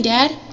Dad